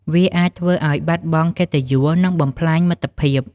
វាអាចធ្វើឲ្យបាត់បង់កិត្តិយស និងបំផ្លាញមិត្តភាព។